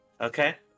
Okay